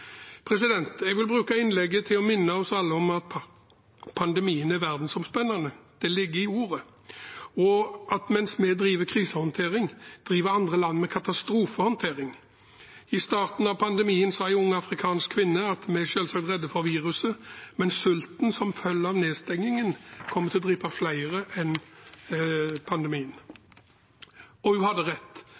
Jeg vil bruke innlegget til å minne oss alle om at pandemien er verdensomspennende – det ligger i ordet – og at mens vi driver krisehåndtering, driver andre land med katastrofehåndtering. I starten av pandemien sa en ung afrikansk kvinne at de er selvsagt redd for viruset, men sulten som følger av nedstengingen, kommer til å drepe flere enn pandemien. Og hun hadde rett.